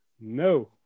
No